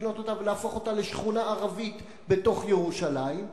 לקנות אותה ולהפוך אותה לשכונה ערבית בתוך ירושלים,